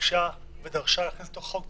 ביקשה ודרשה להכניס לתוך החוק,